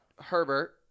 Herbert